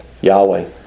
Yahweh